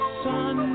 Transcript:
sun